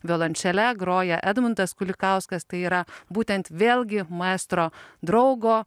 violončele groja edmundas kulikauskas tai yra būtent vėlgi maestro draugo